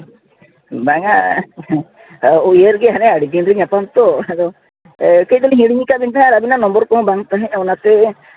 ᱵᱟᱝᱼᱟ ᱩᱭᱦᱟᱹᱨ ᱜᱮ ᱦᱟᱱᱮ ᱟᱹᱰᱤ ᱫᱤᱱ ᱨᱮ ᱧᱟᱯᱟᱢ ᱛᱚ ᱪᱮᱫ ᱫᱚᱞᱤᱧ ᱦᱤᱲᱤᱧ ᱠᱟᱜ ᱵᱮᱱ ᱛᱟᱦᱮᱸᱫ ᱟᱹᱵᱤᱱᱟᱜ ᱱᱚᱢᱵᱚᱨ ᱠᱚᱦᱚᱸ ᱵᱟᱝ ᱛᱟᱦᱮᱸᱫ ᱚᱱᱟᱛᱮ